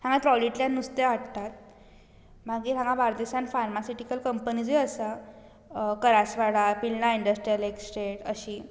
हांगा ट्रोलींतल्यान नुस्तें हाडटात मागीर हांगा बार्देसांत फार्मासुटिकल कंपनीजूय आसात करासवाडा पिर्णां इंडस्ट्रियल इस्टेट अशी